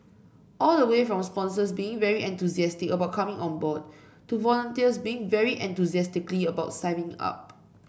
all the way from sponsors being very enthusiastic about coming on board to volunteers being very enthusiastically about signing up